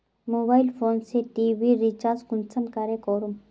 Mobile phone से TV recharge कुंसम करे करूम?